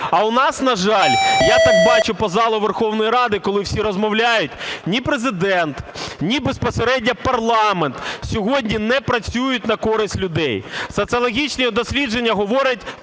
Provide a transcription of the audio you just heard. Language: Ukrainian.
А у нас, на жаль, я так бачу по залу Верховної Ради, коли всі розмовляють, ні Президент, ні безпосередньо парламент сьогодні не працюють на користь людей. Соціологічні дослідження говорять